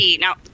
Now